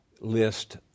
list